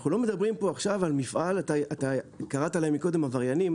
אנחנו לא מדברים עכשיו על מפעל אתה קראת להם קודם עבריינים,